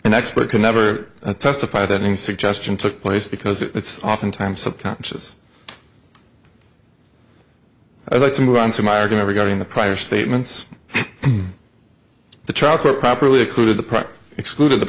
an expert could never testified any suggestion took place because it's oftentimes subconscious i'd like to move on to my argument regarding the prior statements the trial court properly included the